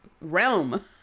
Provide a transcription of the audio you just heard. realm